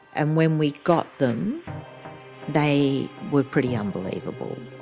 and when we got them they were pretty unbelievable.